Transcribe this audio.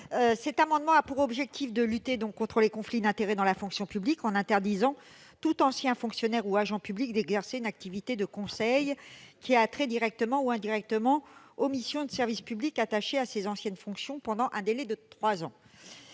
Cet amendement a pour objectif de lutter contre les conflits d'intérêts dans la fonction publique, en interdisant à tout ancien fonctionnaire ou agent public d'exercer une activité de conseil qui a trait directement ou indirectement aux missions de service public attachées à ses anciennes fonctions pendant un délai de trois ans.